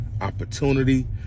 opportunity